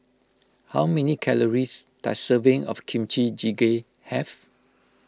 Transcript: how many calories does a serving of Kimchi Jjigae have